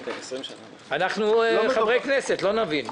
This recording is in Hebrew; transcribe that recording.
אנחנו חברי כנסת, לא נבין.